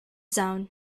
zone